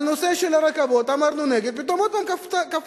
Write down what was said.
על נושא הרכבות אמרנו נגד, ופתאום עוד פעם קפצתם.